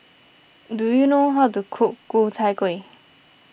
do you know how to cook Ku Chai Kueh